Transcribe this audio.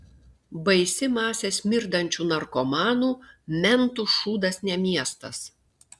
baisi masė smirdančių narkomanų mentų šūdas ne miestas